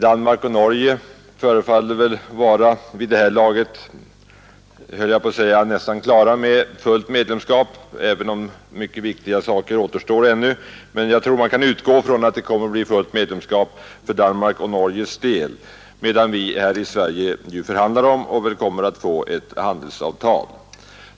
Danmark och Norge förefaller vid det här laget vara nästan klara med fullt medlemskap. Även om mycket viktiga saker ännu återstår, tror jag att man kan utgå från att det kommer att bli fullt medlemskap för dessa länders del, medan vi här i Sverige ju förhandlar om och sannolikt kommer att få ett handelsavtal.